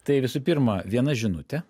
tai visų pirma viena žinutė